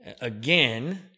again